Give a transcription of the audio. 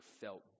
felt